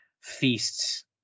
feasts